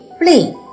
play